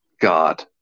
God